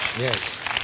yes